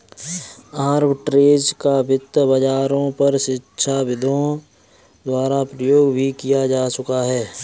arbitrage का वित्त बाजारों पर शिक्षाविदों द्वारा प्रयोग भी किया जा चुका है